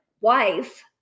wife